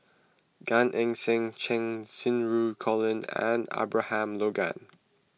Gan Eng Seng Cheng Xinru Colin and Abraham Logan